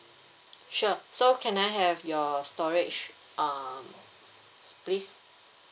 sure so can I have your storage uh please